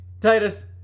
Titus